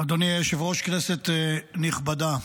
אדוני היושב-ראש, כנסת נכבדה.